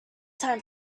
time